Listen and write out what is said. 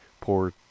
Pour